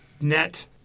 net